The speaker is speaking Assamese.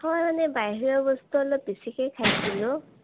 হয় মানে বাহিৰৰ বস্তু অলপ বেছিকৈ খাইছিলোঁ